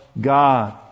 God